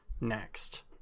next